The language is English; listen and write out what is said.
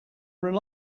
rely